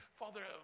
father